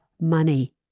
money